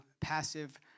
passive